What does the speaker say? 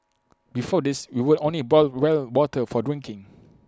before this we would only boil well water for drinking